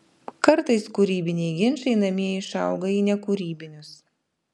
kartais kūrybiniai ginčai namie išauga į nekūrybinius